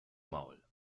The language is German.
maul